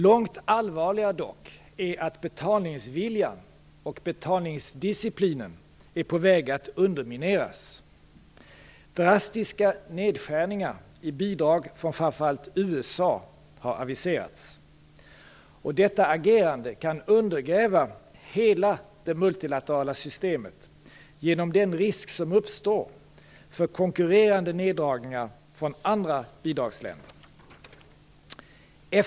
Långt allvarligare är dock att betalningsviljan och betalningsdisciplinen är på väg att undermineras. Drastiska nedskärningar i bidrag från framför allt USA har aviserats. Detta agerande kan undergräva hela det multilaterala systemet genom den risk som uppstår för konkurrerande neddragningar från andra bidragsländer.